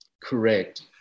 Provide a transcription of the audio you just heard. correct